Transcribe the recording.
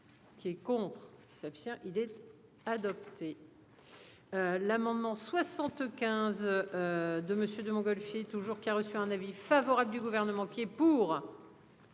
Qui est contre qui s'abstient il. Adopté. L'amendement 75. De monsieur de Montgolfier toujours qui a reçu un avis favorable du gouvernement qui est pour.